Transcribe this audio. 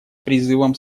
призывом